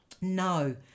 No